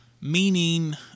meaning